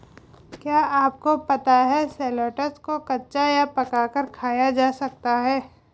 क्या आपको पता है शलोट्स को कच्चा या पकाकर खाया जा सकता है?